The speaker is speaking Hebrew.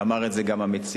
ואמר את זה גם המציע.